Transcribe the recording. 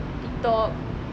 TikTok